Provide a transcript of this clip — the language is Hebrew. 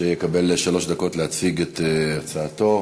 שיקבל שלוש דקות להציג את הצעתו.